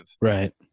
right